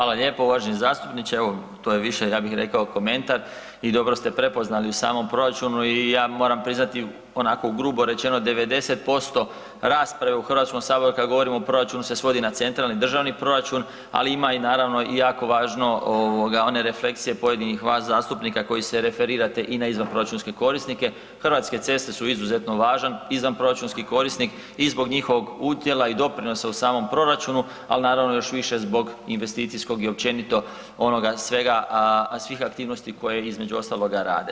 Hvala lijepa uvaženi zastupniče, evo to je više ja bih rekao komentar i dobro ste prepoznali u samom proračunu i ja moram priznati onako grubo rečeno 90% rasprave u Hrvatskom saboru kad govorimo o proračunu se svodi na centralni državni proračun, ali ima i naravno i jako važno ovoga one refleksije pojedinih vas zastupnika koji se referirate i na izvanproračunske korisnike, Hrvatske ceste su izuzetno važan izvanproračunski korisnik i zbog njihovog udjela i doprinosa u samom proračunu, ali naravno još više zbog investicijskog i općenito onoga svega, svih aktivnosti koje između ostaloga rade.